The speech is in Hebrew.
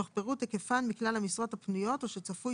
תוך פירוט היקפן מכלל המשרות הפנויות או שצפוי